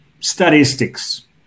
statistics